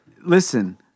Listen